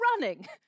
running